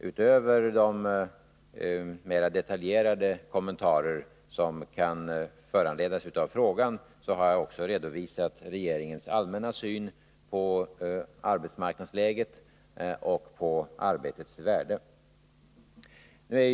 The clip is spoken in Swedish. Utöver de mera detaljerade kommentarer som kan föranledas av frågan har jag också redovisat regeringens allmänna syn på arbetsmarknadsläget och på arbetets värde.